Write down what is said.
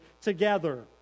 together